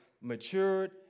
matured